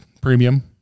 premium